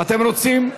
אתם רוצים?